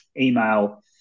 email